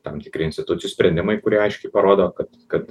tam tikri institucijų sprendimai kurie aiškiai parodo kad kad